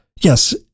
Yes